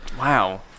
Wow